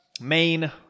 main